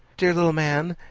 dear little man!